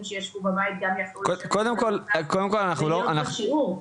אבל זה לא קשור.